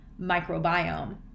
microbiome